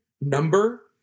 number